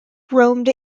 roamed